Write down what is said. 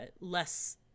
less